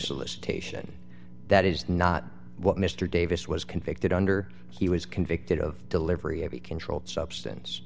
solicitation that is not what mr davis was convicted under he was convicted of delivery of a controlled substance